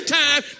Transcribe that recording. time